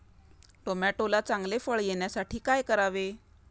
टोमॅटोला चांगले फळ येण्यासाठी काय करावे?